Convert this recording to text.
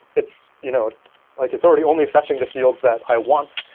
it's you know like it's already only fetching the fields that i want.